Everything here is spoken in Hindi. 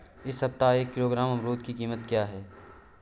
इस सप्ताह एक किलोग्राम अमरूद की कीमत क्या है?